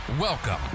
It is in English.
Welcome